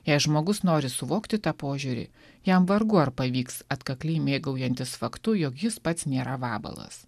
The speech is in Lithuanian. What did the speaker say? jei žmogus nori suvokti tą požiūrį jam vargu ar pavyks atkakliai mėgaujantis faktu jog jis pats nėra vabalas